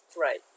Right